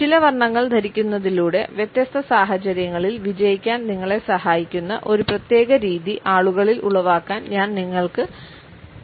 ചില വർണ്ണങ്ങൾ ധരിക്കുന്നതിലൂടെ വ്യത്യസ്ത സാഹചര്യങ്ങളിൽ വിജയിക്കാൻ നിങ്ങളെ സഹായിക്കുന്ന ഒരു പ്രത്യേക രീതി ആളുകളിൽ ഉളവാക്കാൻ ഞാൻ നിങ്ങൾക്ക് കഴിയും